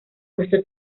questo